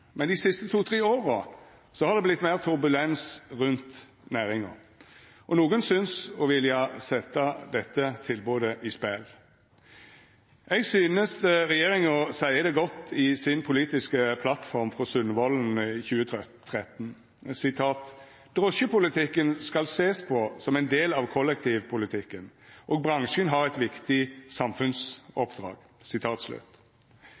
men dei siste to–tre åra har det vorte meir turbulens rundt næringa, og nokre synest å vilja setja dette tilbodet i spel. Eg synest regjeringa seier det godt i den politiske plattforma si frå Sundvolden i 2013: «Drosjepolitikken skal ses på som en del av kollektivpolitikken, og bransjen har et viktig